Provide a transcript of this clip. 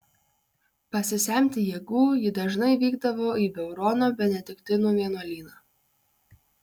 pasisemti jėgų ji dažnai vykdavo į beurono benediktinų vienuolyną